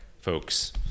folks